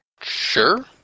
Sure